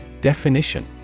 Definition